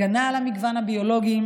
הגנה על המגוון הביולוגי,